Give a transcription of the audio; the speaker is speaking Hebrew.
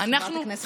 חברת הכנסת ברק.